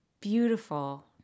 beautiful